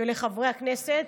ולחברי הכנסת.